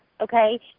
okay